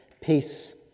peace